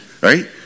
Right